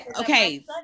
okay